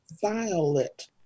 violet